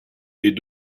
est